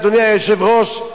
אדוני היושב-ראש,